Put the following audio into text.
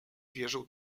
wierzą